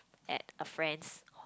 at a friend's